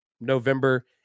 November